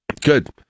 good